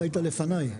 לפניי.